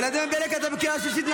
ולדימיר בליאק, אתה בקריאה שלישית.